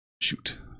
Shoot